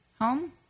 home